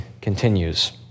continues